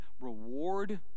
reward